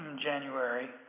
January